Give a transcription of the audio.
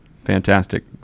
Fantastic